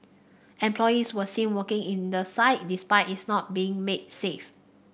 employees were seen working in the site despite it not being made safe